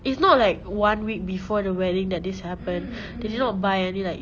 it's not like one week before the wedding that this happen they did not buy any like